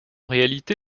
réalité